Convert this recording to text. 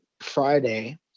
friday